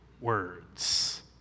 words